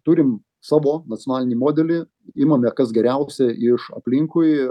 turim savo nacionalinį modelį imame kas geriausia iš aplinkui